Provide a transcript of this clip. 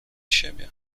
siebie